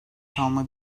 kalma